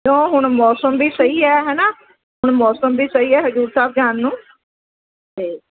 ਉਹ ਹੁਣ ਮੌਸਮ ਵੀ ਸਹੀ ਹੈ ਹੈ ਨਾ ਹੁਣ ਮੌਸਮ ਵੀ ਸਹੀ ਹੈ ਹਜ਼ੂਰ ਸਾਹਿਬ ਜਾਣ ਨੂੰ ਅਤੇ